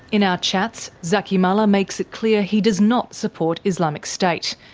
in our chats, zaky mallah makes it clear he does not support islamic state,